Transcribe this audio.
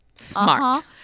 Smart